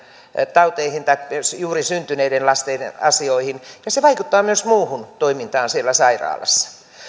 tauteihin tai juuri syntyneiden lasten asioihin ja se vaikuttaa myös muuhun toimintaan siellä sairaalassa